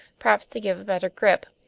perhaps to give a better grip.